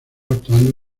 actuando